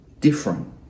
different